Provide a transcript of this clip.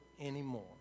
anymore